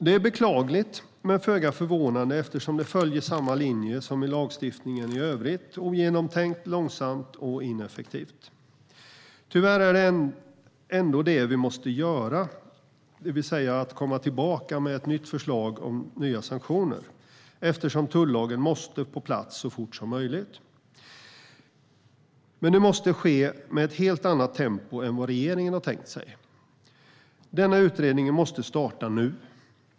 Det är beklagligt, men föga förvånande, eftersom det följer samma linje som i lagstiftningen i övrigt - ogenomtänkt, långsamt och ineffektivt. Tyvärr är det ändå det som vi måste göra, det vill säga att komma tillbaka med ett nytt förslag om nya sanktioner, eftersom tullagen måste på plats så fort som möjligt. Men det måste ske med ett helt annat tempo än regeringen har tänkt sig. Denna utredning måste starta nu.